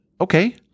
Okay